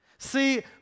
See